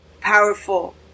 Powerful